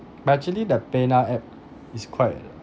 but actually the paynow app is quite err